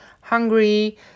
hungry